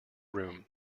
room